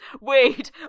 Wait